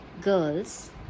girls